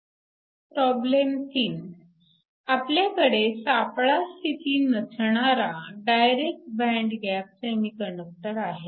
problem 3 आपल्याकडे सापळा स्थिती नसणारा डायरेक्ट बँड गॅप सेमीकंडक्टर आहे